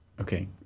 okay